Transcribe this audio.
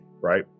right